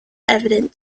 evident